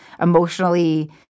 emotionally